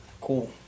Cool